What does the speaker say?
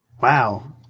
wow